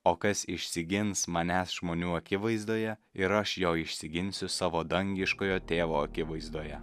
o kas išsigins manęs žmonių akivaizdoje ir aš jo išsiginsiu savo dangiškojo tėvo akivaizdoje